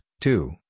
two